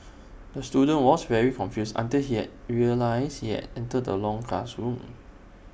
the student was very confused until he realised he entered the wrong classroom